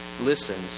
listens